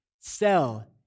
Sell